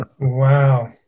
Wow